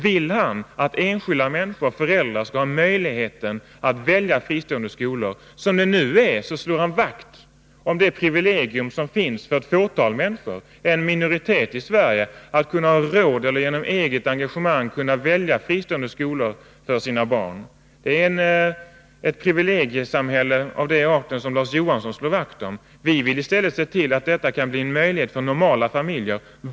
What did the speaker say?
Vill han att enskilda föräldrar skall ha möjlighet att välja fristående skolor? Som det nu är slår han vakt om det privilegium som finns för ett fåtal människor, för en minoritet i Sverige, som har råd och som kan satsa genom ett eget engagemang, att välja fristående skolor för sina barn. Det är ett privilegiesamhälle av den arten han slår vakt om. Vi vill i stället se till att denna valfrihet kan bli möjlig för normala familjer.